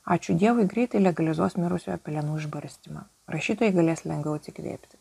ačiū dievui greitai legalizuos mirusiojo pelenų išbarstymą rašytojai galės lengviau atsikvėpti